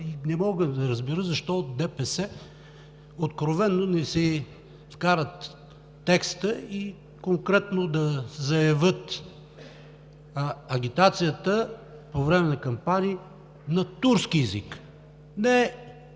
Не мога да разбера защо от ДПС откровено не си вкарат текста и конкретно да заявят агитацията по време на кампании на турски език? Не